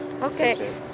Okay